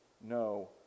no